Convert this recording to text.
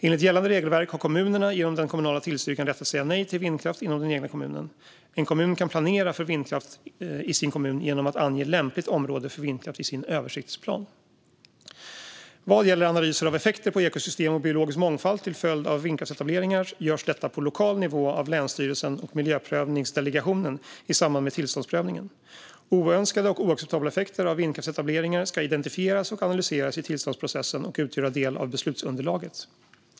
Enligt gällande regelverk har kommunerna, genom den kommunala tillstyrkan, rätt att säga nej till vindkraft inom den egna kommunen. En kommun kan planera för vindkraft i sin kommun genom att ange lämpligt område för vindkraft i sin översiktsplan. Vad gäller analyser av effekter på ekosystem och biologisk mångfald till följd av vindkraftsetableringar görs detta på lokal nivå av länsstyrelsen och miljöprövningsdelegationen i samband med tillståndsprövningen. Oönskade och oacceptabla effekter av vindkraftsetableringar ska identifieras och analyseras i tillståndsprocessen och utgöra del av beslutsunderlaget.